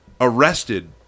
arrested